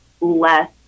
less